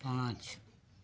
पाँच